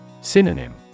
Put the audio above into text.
Synonym